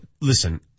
Listen